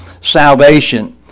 salvation